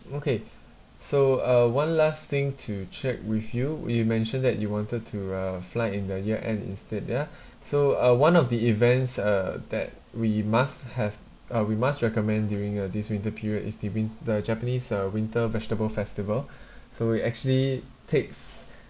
okay so uh one last thing to check with you you mentioned that you wanted to uh fly in the year end instead ya so uh one of the events uh that we must have uh we must recommend during uh this winter period is the win~ the japanese uh winter vegetable festival so it actually takes